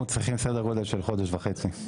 אנחנו צריכים סדר גודל של חודש וחצי.